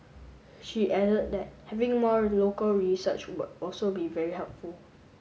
she added that having more local research would also be very helpful